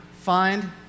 find